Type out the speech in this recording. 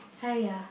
hi ya